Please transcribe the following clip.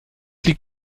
liegt